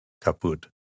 caput